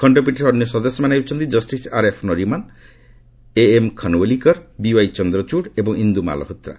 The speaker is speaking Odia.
ଖଶ୍ଚପୀଠରେ ଅନ୍ୟ ସଦସ୍ୟମାନେ ହେଉଛନ୍ତି ଜଷିସ୍ R F Nariman A M Khanwilkar D Y Chandrachud ଏବଂ ଇନ୍ଦୁ ମାଲ୍ହୋତ୍ରା